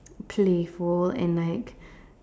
playful and like